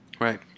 right